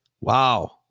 Wow